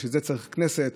ובשביל זה צריך כנסת,